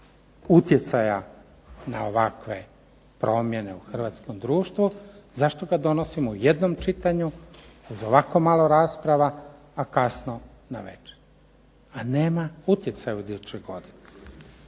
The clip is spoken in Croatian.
utjecaja na ovakve promjene u hrvatskom društvu zašto ga donosimo u jednom čitanju uz ovako malo rasprava, a kasno navečer. Ma nema utjecaja u idućoj godini.